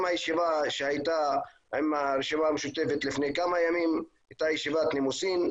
גם הישיבה שהייתה עם הרשימה המשותפת לפני כמה ימים הייתה ישיבת נימוסין,